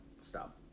stop